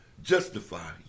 justify